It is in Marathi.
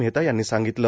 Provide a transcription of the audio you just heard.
मेहता यांनी सांगितलं